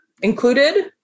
included